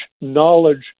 knowledge